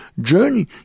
journey